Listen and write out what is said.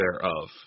thereof